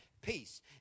peace